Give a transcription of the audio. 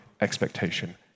expectation